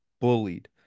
bullied